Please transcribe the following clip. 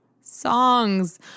songs